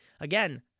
Again